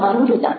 તમારું વ્રુતાંત